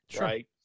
right